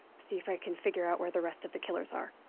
see if i can figure out where the rest of the killers are.